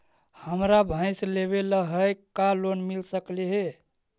हमरा भैस लेबे ल है का लोन मिल सकले हे?